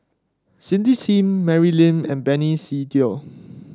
Cindy Sim Mary Lim and Benny Se Teo